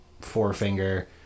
forefinger